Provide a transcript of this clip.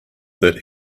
that